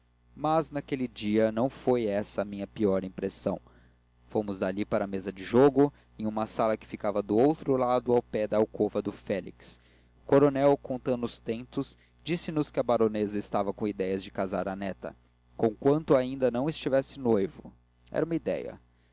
mas naquele dia não foi essa a minha pior impressão fomos dali para a mesa do jogo em uma sala que ficava do outro lado ao pé da alcova do félix o coronel contando os tentos disse-nos que a baronesa estava com idéias de casar com a neta conquanto ainda não tivesse noivo era uma idéia